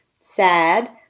sad